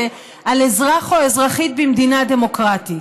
על אזרח או אזרחית במדינה דמוקרטית?